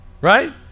right